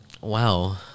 wow